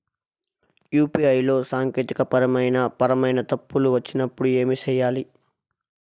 UPI లో సాంకేతికపరమైన పరమైన తప్పులు వచ్చినప్పుడు ఏమి సేయాలి